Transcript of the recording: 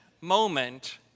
moment